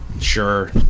sure